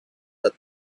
the